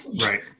Right